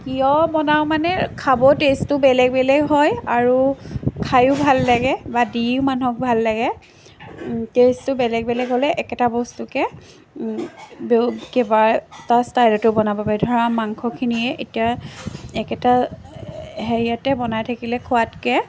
কিয় বনাওঁ মানে খাব টেষ্টটো বেলেগ বেলেগ হয় আৰু খায়ো ভাল লাগে বা দি মানুহক ভাল লাগে টেষ্টটো বেলেগ বেলেগ হ'লে একেটা বস্তুকে বহুত কেইবাটাও ষ্টাইলত বনাব পাৰি ধৰা মাংসখিনিয়ে এতিয়া একেটা হেৰিয়াতে বনাই থাকিলে খোৱাতকৈ